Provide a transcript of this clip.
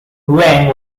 huang